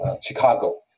Chicago